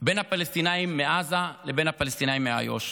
בין הפלסטינים מעזה לבין הפלסטינים מאיו"ש,